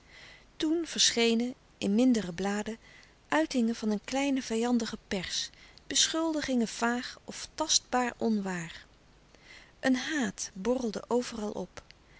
toen verschenen in mindere bladen uitingen van een kleine vijandige pers beschuldigingen vaag of tastbaar onwaar een haat borrelde overal op